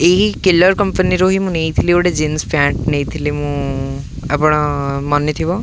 ଏହି କିଲର୍ କମ୍ପାନୀରୁ ହି ମୁଁ ନେଇଥିଲି ଗୋଟେ ଜିନ୍ସ ପ୍ୟାଣ୍ଟ ନେଇଥିଲି ମୁଁ ଆପଣ ମନେ ଥିବ